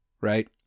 right